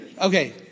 okay